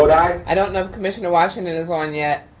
i don't know if commissioner washington is on yet,